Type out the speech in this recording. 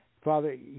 Father